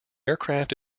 aircraft